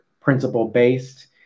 principle-based